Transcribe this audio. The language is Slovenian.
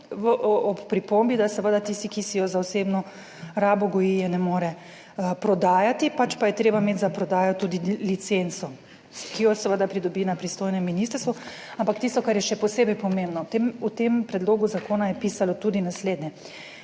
ob pripombi, da seveda tisti, ki si jo za osebno rabo goji je ne more prodajati, pač pa je treba imeti za prodajo tudi licenco, ki jo seveda pridobi na pristojnem ministrstvu, ampak tisto kar je še posebej pomembno v tem predlogu zakona je pisalo tudi naslednje.